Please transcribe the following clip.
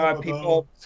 people